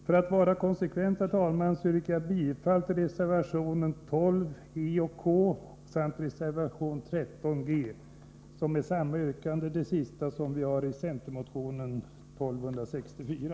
För att vara konsekvent, herr talman, yrkar jag bifall till reservation 12 avseende mom. e och k samt till reservation 13 avseende mom.h, det sistnämnda innebärande samma yrkande som vi har framfört i centermotionen 1264.